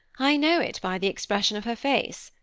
i know it by the expression of her face,